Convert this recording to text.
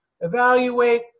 evaluate